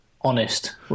honest